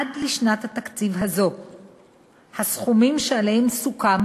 עד לשנת התקציב הזאת הסכומים שעליהם סוכם